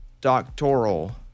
doctoral